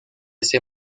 ese